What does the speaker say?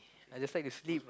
I just like to sleep